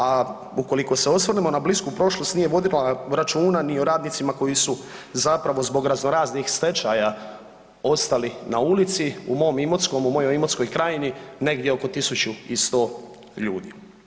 A ukoliko se osvrnemo na blisku prošlost nije vodila računa ni o radnicima koji su zapravo zbog razno raznih stečaja ostali na ulici u mom Imotskom, u mojoj Imotskoj krajini negdje oko 1100 ljudi.